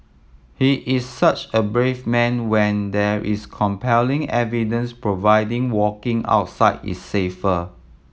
he is such a brave man when there is compelling evidence providing walking outside is safer